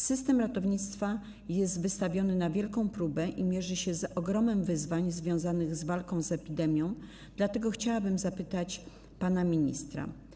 System ratownictwa jest wystawiony na wielką próbę i mierzy się z ogromem wyzwań związanych z walką z epidemią, dlatego chciałabym zapytać pana ministra: